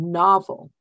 novel